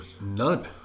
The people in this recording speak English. None